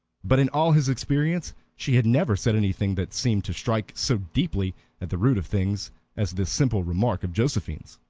but in all his experience she had never said anything that seemed to strike so deeply at the root of things as this simple remark of josephine's.